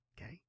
Okay